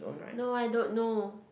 no I don't know